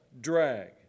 drag